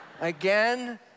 again